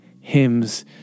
hymns